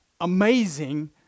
amazing